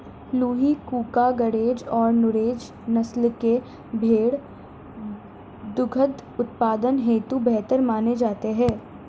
लूही, कूका, गरेज और नुरेज नस्ल के भेंड़ दुग्ध उत्पादन हेतु बेहतर माने जाते हैं